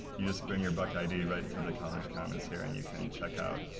you just bring your buck id right to the college commons here and you can check out